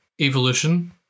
Evolution